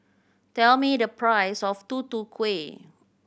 tell me the price of Tutu Kueh